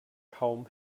kaum